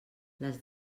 les